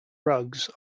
rugs